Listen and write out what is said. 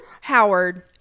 Howard